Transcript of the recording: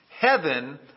Heaven